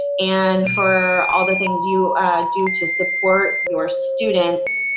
and for all the things you do to support your students,